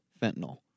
fentanyl